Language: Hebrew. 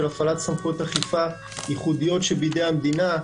הפעלת סמכויות אכיפה ייחודיות שבידי המדינה,